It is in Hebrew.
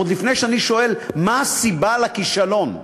עוד לפני שאני שואל מה הסיבה לכישלון,